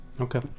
Okay